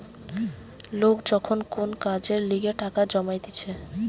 লোক যখন কোন কাজের লিগে টাকা জমাইতিছে